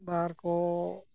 ᱢᱤᱫ ᱵᱟᱨ ᱠᱚ